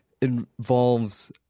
involves